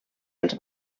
els